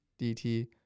DT